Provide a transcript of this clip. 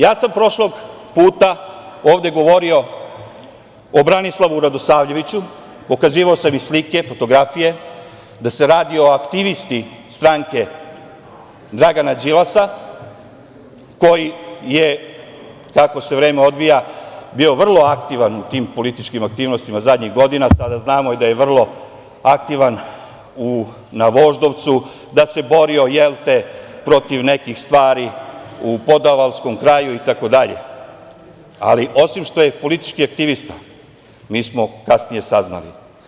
Ja sam prošlog puta ovde govorio o Branislavu Radosavljeviću, pokazivao sam slike, fotografije, da se radi o aktivisti stranke Dragana Đilasa, koji je, kako se vreme odvija bio vrlo aktivan u tim političkim aktivnostima zadnjih godina, sada znamo da je vrlo aktivan na Voždovcu, da se borio protiv nekih stvari u podavalskom kraju itd, ali osim što je politički aktivista mi smo kasnije saznali.